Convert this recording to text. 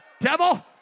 Devil